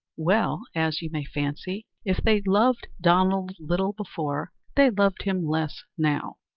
well, as you may fancy, if they loved donald little before, they loved him less now.